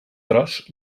tros